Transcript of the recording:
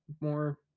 more